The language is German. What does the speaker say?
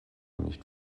nicht